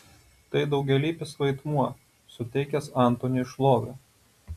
tai daugialypis vaidmuo suteikęs antoniui šlovę